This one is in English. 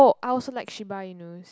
I also like shiba inu